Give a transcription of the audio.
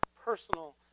personal